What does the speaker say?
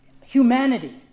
humanity